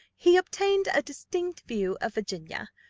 he obtained a distinct view of virginia,